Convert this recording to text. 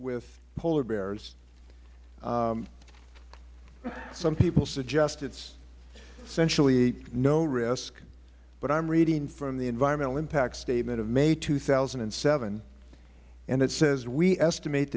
with polar bears some people suggested essentially no risk but i am reading from the environmental impact statement of may two thousand and seven it says we estimate